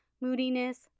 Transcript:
moodiness